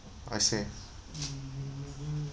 I see